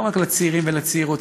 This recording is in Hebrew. לא רק לצעירים ולצעירות,